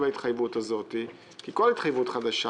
ההתחייבות הזאת כי כל התחייבות חדשה,